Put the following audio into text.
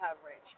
coverage